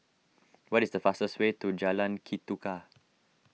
what is the fastest way to Jalan Ketuka